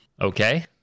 Okay